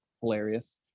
hilarious